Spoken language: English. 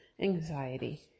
anxiety